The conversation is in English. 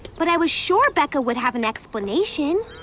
but i was sure becca would have an explanation.